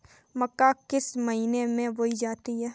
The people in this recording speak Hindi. मक्का किस महीने में बोई जाती है?